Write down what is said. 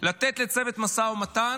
לתת לצוות משא ומתן